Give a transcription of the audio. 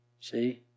See